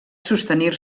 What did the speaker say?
sostenir